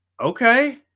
Okay